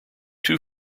two